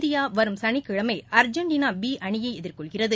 India வரும் சனிக்கிழமை Argentina B அணியை எதிர்கொள்கிறது